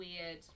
weird